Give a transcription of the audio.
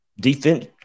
Defense